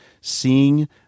seeing